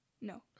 No